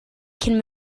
cyn